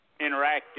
Interactive